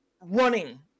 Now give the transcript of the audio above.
running